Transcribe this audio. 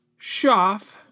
Shoff